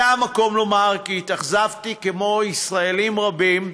זה המקום לומר כי התאכזבתי, כמו ישראלים רבים,